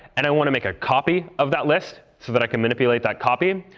and i want to make a copy of that list so that i can manipulate that copy,